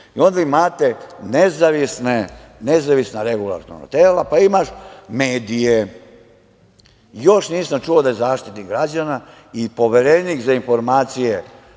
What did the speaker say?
I onda imate nezavisna regulatorna tela, pa imaš medije. Još nisam čuo da je Zaštitnik građana i Poverenik za informacije